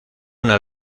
una